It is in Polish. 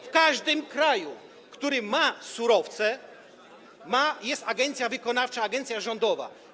W każdym kraju, który ma surowce, jest agencja wykonawcza, agencja rządowa.